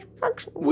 function